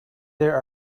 there